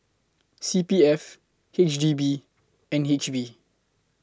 C P F H D B N H B